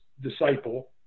disciple